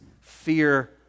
fear